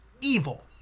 evil